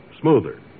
smoother